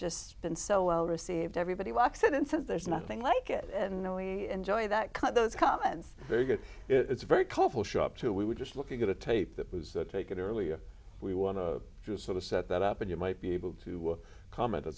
just been so well received everybody walks in and says there's nothing like it in the way enjoy that cut those comments very good it's a very colorful show up to we were just looking at a tape that was taken earlier we want to sort of set that up and you might be able to comment on